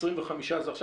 25 עכשיו,